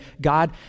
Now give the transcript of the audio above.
god